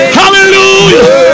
hallelujah